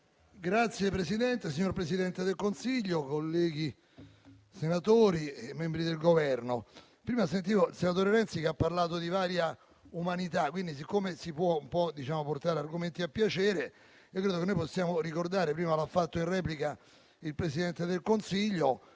Signora Presidente, signora Presidente del Consiglio, colleghi senatori e membri del Governo, prima sentivo il senatore Renzi che ha parlato di varia umanità; pertanto, siccome si possono portare argomenti a piacere, credo che noi possiamo ricordare, come prima ha fatto la Presidente del Consiglio